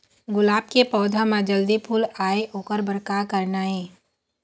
गुलाब के पौधा म जल्दी फूल आय ओकर बर का करना ये?